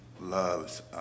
loves